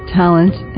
talent